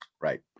Right